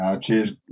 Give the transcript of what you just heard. Cheers